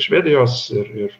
švedijos ir ir